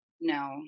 No